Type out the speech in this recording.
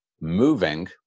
moving